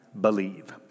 believe